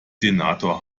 senator